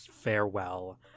farewell